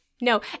No